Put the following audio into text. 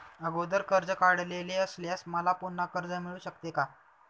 अगोदर कर्ज काढलेले असल्यास मला पुन्हा कर्ज मिळू शकते का?